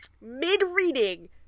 Mid-reading